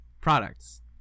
products